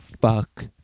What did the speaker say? fuck